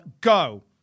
go